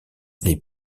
les